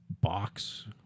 box